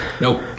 Nope